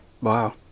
Wow